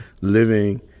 living